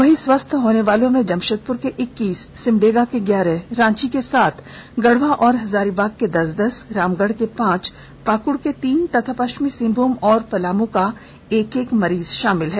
वहीं स्वस्थ होनेवालों में जमशेदपुर के इक्कीस सिमडेगा के ग्यारह रांची के सात गढ़वा और हजारीबाग के दस दस रामगढ़ के पांच पाकुड़ के तीन तथा पश्चिमी सिंहभूम और पलामू के एक एक मरीज शामिल हैं